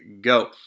go